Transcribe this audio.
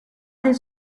del